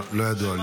לא, לא ידוע לי.